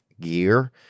gear